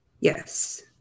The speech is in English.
Yes